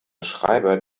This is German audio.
schreiber